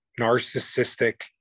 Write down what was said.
narcissistic